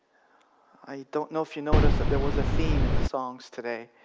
i don't know if you notice that there was a theme in the songs today,